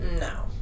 no